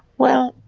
well,